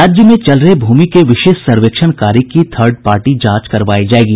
राज्य में चल रहे भूमि के विशेष सर्वेक्षण कार्य की थर्ड पार्टी जांच करवायी जायेगी